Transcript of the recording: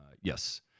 Yes